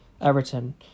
Everton